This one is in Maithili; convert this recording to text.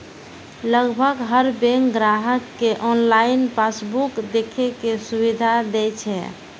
लगभग हर बैंक ग्राहक कें ऑनलाइन पासबुक देखै के सुविधा दै छै